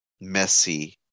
messy